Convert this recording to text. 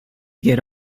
get